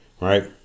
right